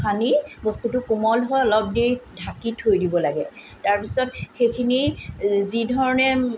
সানি বস্তুটো কোমল হৈ অলপ দেৰি ঢাকি থৈ দিব লাগে তাপিছত সেইখিনি যিধৰণে